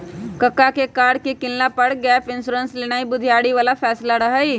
कक्का के कार के किनला पर गैप इंश्योरेंस लेनाइ बुधियारी बला फैसला रहइ